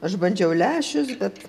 aš bandžiau lęšius bet